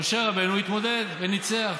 משה רבנו התמודד וניצח.